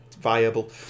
viable